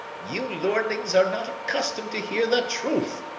you lordlings are not accustomed to hear the truth,